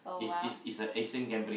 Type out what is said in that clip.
it's it's it's a acing gambling